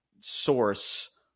source